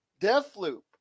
Deathloop